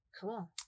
cool